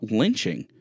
lynching